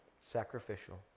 sacrificial